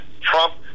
Trump